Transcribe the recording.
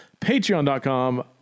Patreon.com